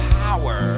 power